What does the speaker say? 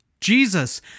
Jesus